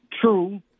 true